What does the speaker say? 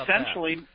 essentially